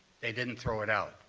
they didn't throw it out.